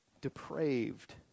depraved